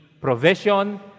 provision